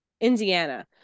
Indiana